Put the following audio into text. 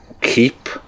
keep